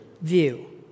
view